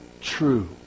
true